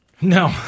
No